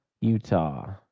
Utah